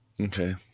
Okay